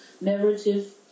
narrative